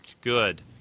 good